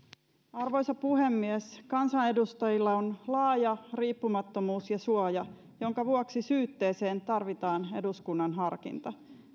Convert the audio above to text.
arvoisa puhemies kansanedustajilla on laaja riippumattomuus ja suoja jonka vuoksi syytteeseen tarvitaan eduskunnan harkinta